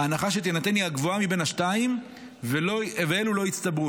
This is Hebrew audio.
ההנחה שתינתן היא הגבוהה מבין השתיים ואלו לא יצטברו.